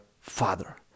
father